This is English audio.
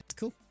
Cool